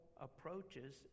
approaches